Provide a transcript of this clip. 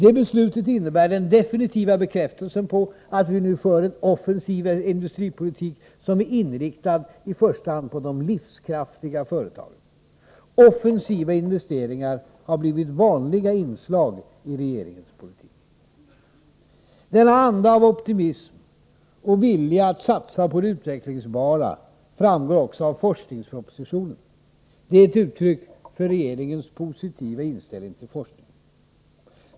Det beslutet innebär den definitiva bekräftelsen på att vi nu för en offensiv industripolitik, som i första hand är inriktad på de livskraftiga företagen. Offensiva investeringar har blivit vanliga inslag i regeringens politik. Denna anda av optimism och vilja att satsa på det utvecklingsbara framgår också av forskningspropositionen. Den är ett uttryck för regeringens positiva inställning till forskningen.